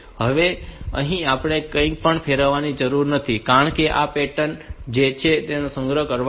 તો હવે અહીં આપણે કંઈપણ ફેરવવાની જરૂર નથી કારણ કે આ તે પેટર્ન છે જે હું સંગ્રહ કરવા માંગુ છું